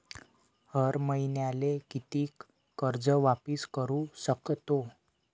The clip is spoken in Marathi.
हर मईन्याले कितीक कर्ज वापिस करू सकतो?